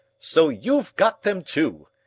so you've got them too!